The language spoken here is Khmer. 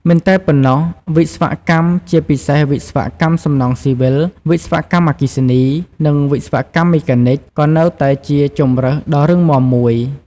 មិនតែប៉ុណ្ណោះ វិស្វកម្ម ជាពិសេសវិស្វកម្មសំណង់ស៊ីវិល វិស្វកម្មអគ្គិសនី និងវិស្វកម្មមេកានិច ក៏នៅតែជាជម្រើសដ៏រឹងមាំមួយ។